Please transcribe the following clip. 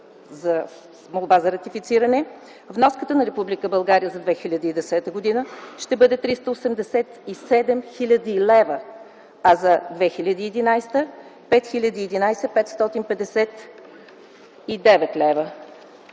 с молба за ратифициране, вноската на Република България за 2010 г. ще бъде 387 хил. лв., а за 2011 г. – 5011 559 лв.